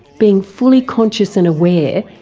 being fully conscious and aware,